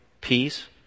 peace